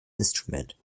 instrument